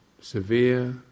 severe